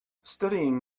studying